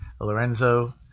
Lorenzo